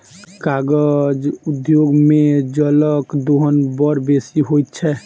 कागज उद्योग मे जलक दोहन बड़ बेसी होइत छै